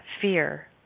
fear